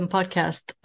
Podcast